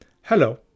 Hello